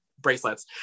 bracelets